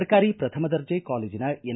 ಸರ್ಕಾರಿ ಪ್ರಥಮ ದರ್ಜೆ ಕಾಲೇಜಿನ ಎನ್